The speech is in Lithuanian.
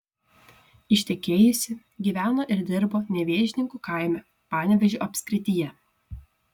ištekėjusi gyveno ir dirbo nevėžninkų kaime panevėžio apskrityje